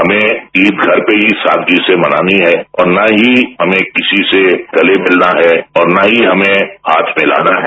हमें ईद घर पर ही सादगी से मनानी है और न ही हमें किसी से गले मिलना है और न ही हमें हाथ मिलाना है